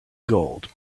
gold